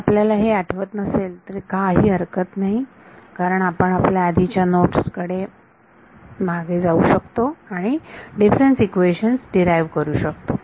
जर आपल्याला हे आठवत नसेल तरी काही हरकत नाही आपण आपल्या आधीच्या नोट्स कडे पण मागे जाऊ शकतो आणि डिफरेंस इक्वेशन्स डीराईव्ह करू शकतो